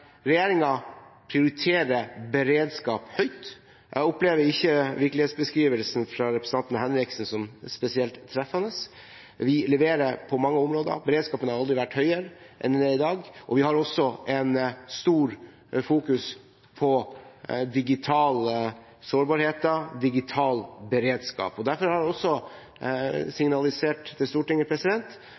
jeg opplever ikke virkelighetsbeskrivelsen fra representanten Henriksen som spesielt treffende. Vi leverer på mange områder. Beredskapen har aldri vært høyere enn den er i dag, og vi har også stort fokus på digitale sårbarheter, på digital beredskap. Derfor har jeg signalisert til Stortinget